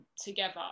together